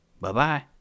Bye-bye